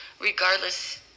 Regardless